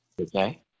okay